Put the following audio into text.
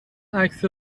عکس